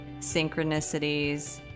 synchronicities